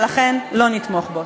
ולכן לא נתמוך בו.